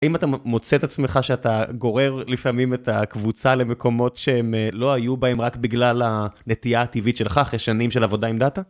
אם אתה מוצא את עצמך שאתה גורר לפעמים את הקבוצה למקומות שהם לא היו בהם רק בגלל הנטייה הטבעית שלך אחרי שנים של עבודה עם דאטה?